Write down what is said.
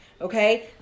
Okay